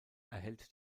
erhält